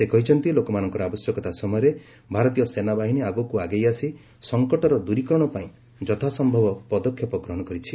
ସେ କହିଛନ୍ତି ଲୋକମାନଙ୍କର ଆବଶ୍ୟକତା ସମୟରେ ଭାରତୀୟ ସେନାବାହିନୀ ଆଗକ ଆଗେଇ ଆସି ସଂକଟର ଦ୍ ରୀକରଣ ପାଇଁ ଯଥାସ୍ୟବ ପଦକ୍ଷେପ ଗ୍ରହଣ କରିଛି